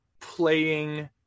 playing